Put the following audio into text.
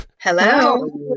Hello